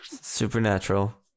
Supernatural